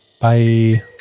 Bye